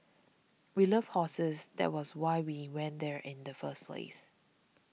we love horses that was why we went there in the first place